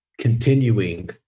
continuing